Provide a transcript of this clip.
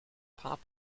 pop